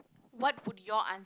what would your answer